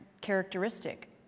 characteristic